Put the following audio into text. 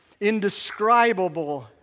indescribable